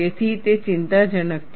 તેથી તે ચિંતાજનક છે